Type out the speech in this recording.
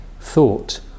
thought